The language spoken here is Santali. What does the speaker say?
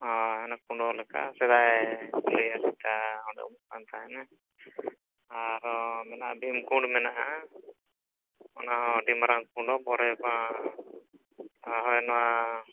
ᱦᱚᱭ ᱚᱱᱟ ᱠᱩᱸᱰᱚᱞᱮᱠᱟ ᱥᱮᱫᱟᱭᱨᱮ ᱟᱹᱰᱤᱴᱟᱜ ᱚᱸᱰᱮ ᱩᱢᱩᱜᱠᱟᱱ ᱛᱟᱦᱮᱱᱟ ᱟᱨᱦᱚᱸ ᱢᱮᱱᱟᱜᱼᱟ ᱵᱷᱤᱢᱠᱩᱸᱰ ᱢᱮᱱᱟᱜᱼᱟ ᱚᱱᱟᱦᱚᱸ ᱟᱹᱰᱤ ᱢᱟᱨᱟᱝ ᱠᱩᱸᱰ ᱦᱚᱭ ᱱᱚᱣᱟ